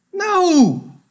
No